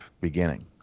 beginning